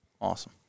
Awesome